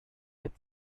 with